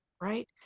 Right